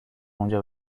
اونجا